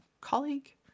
colleague